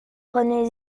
prenez